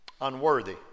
unworthy